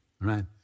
right